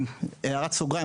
בהערת סוגריים,